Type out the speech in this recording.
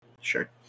Sure